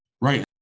Right